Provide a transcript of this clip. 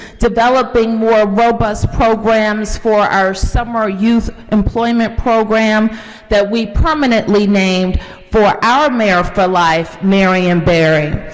developing more robust programs for our summer youth employment program that we permanently named for our mayor for life, marion barry.